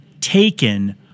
taken